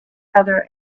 other